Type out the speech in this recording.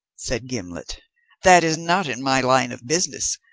said gimblet that is not in my line of business.